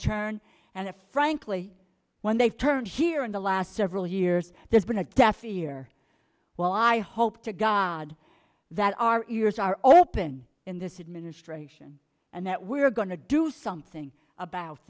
turn and frankly when they turn here in the last several years there's been a deaf ear well i hope to god that our ears are open in this administration and that we are going to do something about